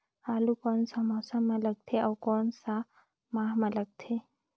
आलू कोन सा मौसम मां लगथे अउ कोन सा माह मां लगथे?